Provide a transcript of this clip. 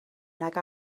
nag